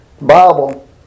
Bible